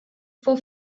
for